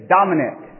Dominic